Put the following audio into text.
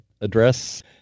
address